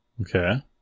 Okay